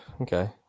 Okay